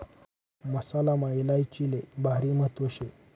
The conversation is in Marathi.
मसालामा इलायचीले भारी महत्त्व शे